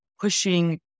pushing